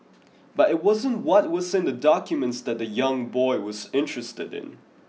but it wasn't what was in the documents that the young boy was interested in